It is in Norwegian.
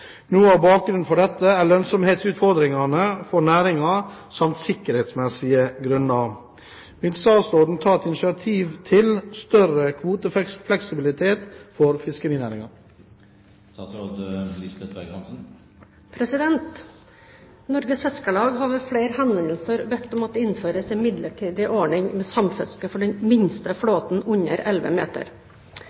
Noe av bakgrunnen for dette er lønnsomhetsutfordringene for næringen samt sikkerhetsmessige hensyn. Vil statsråden ta et initiativ til større kvotefleksibilitet for fiskerinæringen?» Norges Fiskarlag har i flere henvendelser bedt om at det innføres en midlertidig ordning med samfiske for den minste flåten, under 11 meter.